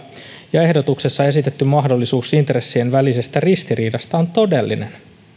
ja ehdotuksessa esitetty mahdollisuus intressien välisestä ristiriidasta on todellinen